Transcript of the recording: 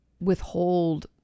withhold